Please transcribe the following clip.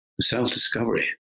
Self-discovery